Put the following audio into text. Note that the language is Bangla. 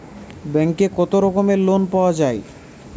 ব্যাঙ্কে কত রকমের লোন পাওয়া য়ায়?